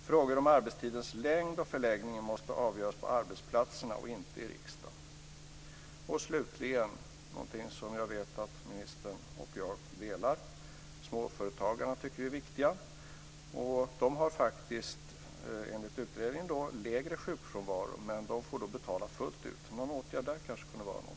Frågor om arbetstidens längd och förläggning måste avgöras på arbetsplatserna och inte i riksdagen. Slutligen någonting som jag vet att ministern och jag delar, att vi tycker att småföretagarna är viktiga. De har faktiskt, enligt utredningen, lägre sjukfrånvaro men får betala fullt ut. Någon åtgärd där kanske kunde vara något.